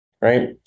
right